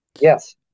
Yes